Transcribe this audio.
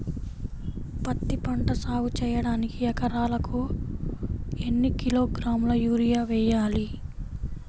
పత్తిపంట సాగు చేయడానికి ఎకరాలకు ఎన్ని కిలోగ్రాముల యూరియా వేయాలి?